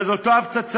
אבל זו אותה הפצצה.